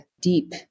deep